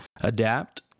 adapt